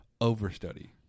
Overstudy